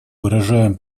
выражаем